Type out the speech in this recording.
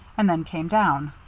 and then came down.